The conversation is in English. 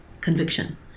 conviction